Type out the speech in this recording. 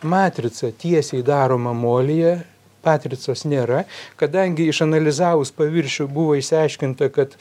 matrica tiesiai daroma molyje patricos nėra kadangi išanalizavus paviršių buvo išsiaiškinta kad